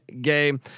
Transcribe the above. game